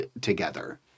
together